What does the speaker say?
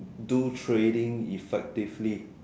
do trading effectively